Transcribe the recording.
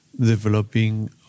developing